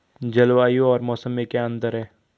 जलवायु और मौसम में अंतर क्या है?